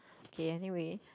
okay anyway